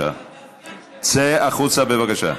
צא החוצה, בבקשה.